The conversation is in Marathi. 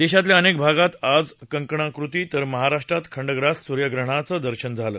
देशाच्या अनेक भागात आज कंकणाकृती तर महाराष्ट्रात खंड्यास सुर्यग्रहणाचं दर्शन झालं